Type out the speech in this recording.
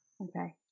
Okay